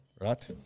right